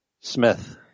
Smith